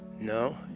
No